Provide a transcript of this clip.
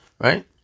Right